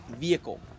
vehicle